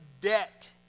debt